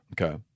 Okay